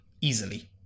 easily